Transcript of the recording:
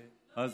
לא,